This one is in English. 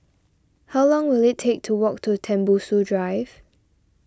how long will it take to walk to Tembusu Drive